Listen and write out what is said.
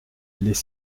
les